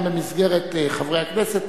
גם במסגרת חברי הכנסת,